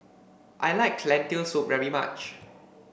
I like Lentil Soup very much